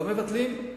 לא מבטלים,